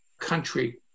country